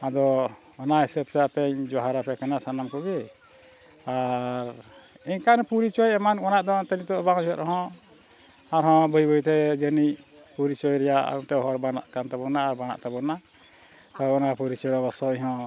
ᱟᱫᱚ ᱚᱱᱟ ᱦᱤᱥᱟᱹᱵᱽ ᱛᱮ ᱟᱯᱮᱧ ᱡᱚᱦᱟᱨ ᱟᱯᱮ ᱠᱟᱱᱟ ᱥᱟᱱᱟᱢ ᱠᱚᱜᱮ ᱟᱨ ᱮᱱᱠᱷᱟᱱ ᱯᱚᱨᱤᱪᱚᱭ ᱮᱢᱟᱱ ᱚᱱᱟ ᱫᱚ ᱮᱱᱛᱮᱫ ᱱᱤᱛᱳᱜ ᱵᱟᱝ ᱦᱩᱭᱩᱜ ᱨᱮᱦᱚᱸ ᱟᱨᱦᱚᱸ ᱵᱟᱹᱭ ᱵᱟᱹᱭᱛᱮ ᱡᱟᱹᱱᱤᱡ ᱯᱚᱨᱤᱪᱚᱭ ᱨᱮᱱᱟᱜ ᱢᱤᱫᱴᱮᱡ ᱦᱚᱨ ᱵᱮᱱᱟᱜ ᱠᱟᱱ ᱛᱟᱵᱚᱱᱟ ᱟᱨ ᱵᱮᱱᱟᱜ ᱛᱟᱵᱚᱱᱟ ᱛᱚ ᱚᱱᱟ ᱯᱚᱨᱤᱪᱚᱭ ᱦᱚᱸ ᱚᱵᱚᱥᱥᱚᱭ ᱦᱚᱸ